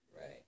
right